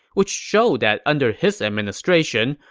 which showed that under his administration,